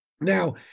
Now